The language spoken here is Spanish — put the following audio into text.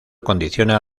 condiciona